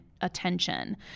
attention